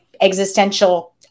existential